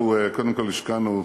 אנחנו קודם כול השקענו,